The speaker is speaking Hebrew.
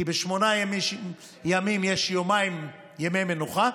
כי בשמונה ימים יש יומיים מנוחה,